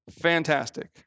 Fantastic